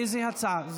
איזו הצעה?